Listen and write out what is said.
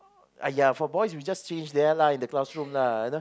!aiya! for boys you just change there lah in the classroom lah you know